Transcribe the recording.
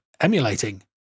emulating